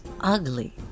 ugly